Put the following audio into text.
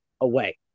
away